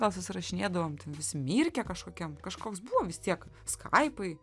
gal susirašinėdavom ten visi mirke kažkokiam kažkoks buvo vis tiek skaipai